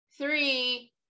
three